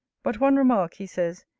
but one remark, he says,